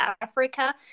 africa